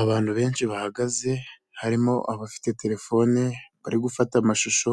Abantu benshi bahagaze harimo abafite terefone bari gufata amashusho